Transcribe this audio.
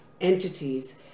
entities